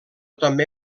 també